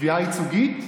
תביעה ייצוגית?